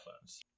phones